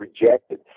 rejected